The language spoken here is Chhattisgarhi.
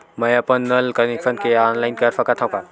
मैं अपन नल कनेक्शन के ऑनलाइन कर सकथव का?